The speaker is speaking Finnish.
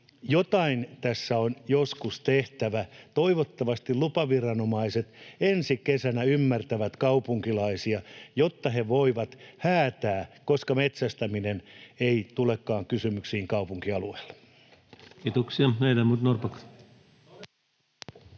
jotain tässä on joskus tehtävä. Toivottavasti lupaviranomaiset ensi kesänä ymmärtävät kaupunkilaisia, jotta he voivat häätää, koska metsästäminen ei tulekaan kysymykseen kaupunkialueella. [Tuomas